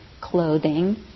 clothing